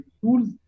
tools